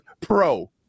Pro